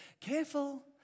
careful